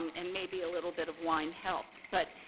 um and maybe a little bit of wine helped. but,